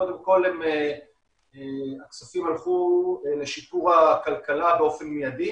קודם כל הכספים הלכו לשיפור הכלכלה באופן מיידי.